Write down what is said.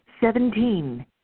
seventeen